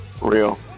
real